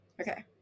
Okay